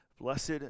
Blessed